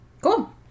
Cool